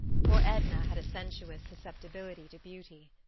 for edna had a sensuous susceptibility to beauty.